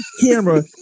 camera